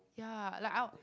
ya like out